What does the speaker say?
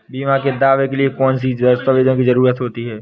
बीमा के दावे के लिए कौन कौन सी दस्तावेजों की जरूरत होती है?